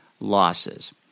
losses